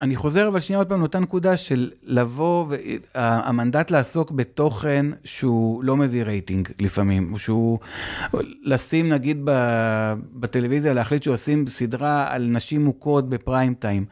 אני חוזר אבל שנייה עוד פעם לאותה נקודה של לבוא, ו.. אה.. ה.. המנדט לעסוק בתוכן שהוא לא מביא רייטינג לפעמים, שהוא לשים נגיד ב.. בטלוויזיה להחליט שהוא עושים סדרה על נשים מוכות בפריים טיים.